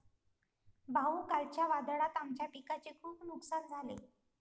भाऊ, कालच्या वादळात आमच्या पिकाचे खूप नुकसान झाले